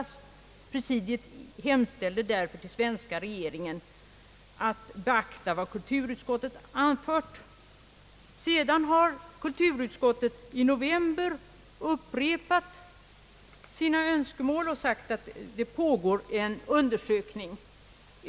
För egen del vill Nordiska rådets presidium biträda vad kulturutskottet sålunda uttalat och hemställer = till svenska regeringen att i sitt fortsatta arbete med frågan om ett andra TV program i Sverige beakta vad kulturutskottet ovan anfört.» Kulturutskottet har sedan i november upprepat sina önskemål och sagt att det pågår en undersökning.